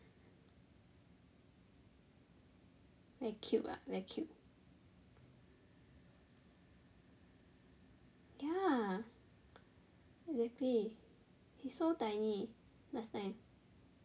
very cute lah very cute ya exactly he is so tiny last time